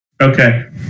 Okay